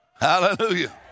Hallelujah